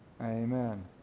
Amen